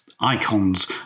icons